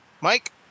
Mike